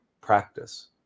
practice